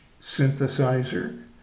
synthesizer